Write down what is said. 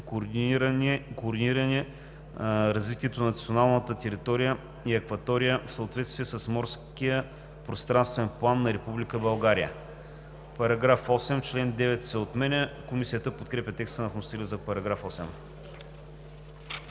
координиране развитието на националната територия и акватория в съответствие с Морския пространствен план на Република България.“ § 8. Член 9 се отменя.“ Комисията подкрепя текста на вносителя за § 8.